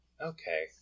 Okay